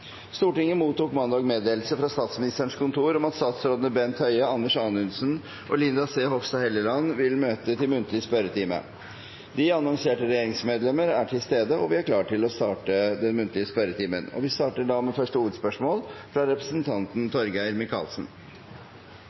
Stortinget mottok mandag meddelelse fra Statsministerens kontor om at statsrådene Bent Høie, Anders Anundsen og Linda C. Hofstad Helleland vil møte til muntlig spørretime. De annonserte regjeringsmedlemmer er til stede, og vi er klare til å starte den muntlige spørretimen. Vi starter da med første hovedspørsmål, fra representanten Torgeir Micaelsen.